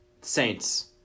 Saints